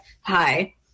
hi